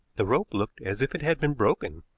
the rope looked as if it had been broken.